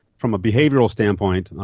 from a behavioural standpoint,